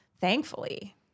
thankfully